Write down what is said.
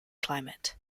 climate